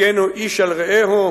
הגנו איש על רעהו.